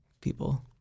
people